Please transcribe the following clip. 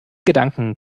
gedanken